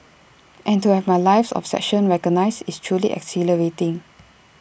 and to have my life's obsession recognised is truly exhilarating